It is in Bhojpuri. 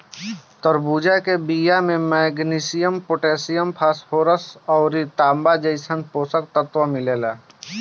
तरबूजा के बिया में मैग्नीशियम, पोटैशियम, फास्फोरस अउरी तांबा जइसन पोषक तत्व मिलेला